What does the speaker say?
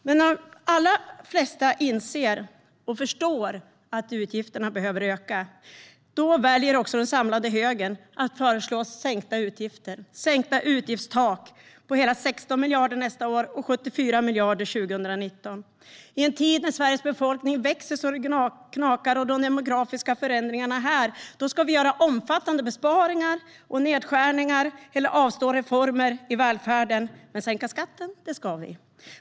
Medan de allra flesta inser och förstår att utgifterna behöver öka väljer den samlade högern att föreslå sänkta utgiftstak och sänkta utgifter med hela 16 miljarder nästa år och 74 miljarder 2019. I en tid när Sveriges befolkning växer så det knakar och de demografiska förändringarna är här vill man att vi ska göra omfattande besparingar och nedskärningar eller avstå från reformer i välfärden. Men sänka skatten, det ska vi.